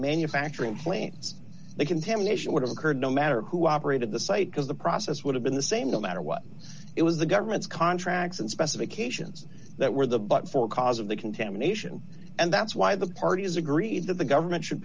manufacturing plants the contamination would have occurred no matter who operated the site because the process would have been the same no matter what it was the government's contracts and specifications that were the but for cause of the contamination and that's why the parties agreed that the government should